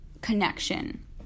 connection